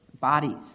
bodies